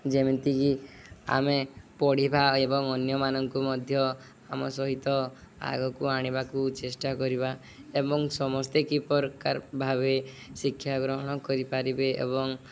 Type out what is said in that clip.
ଯେମିତିକି ଆମେ ପଢ଼ିବା ଏବଂ ଅନ୍ୟମାନଙ୍କୁ ମଧ୍ୟ ଆମ ସହିତ ଆଗକୁ ଆଣିବାକୁ ଚେଷ୍ଟା କରିବା ଏବଂ ସମସ୍ତେ କି ପ୍ରକାର ଭାବେ ଶିକ୍ଷା ଗ୍ରହଣ କରିପାରିବେ ଏବଂ